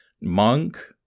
monk